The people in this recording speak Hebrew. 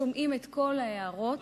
שומעים את כל ההערות,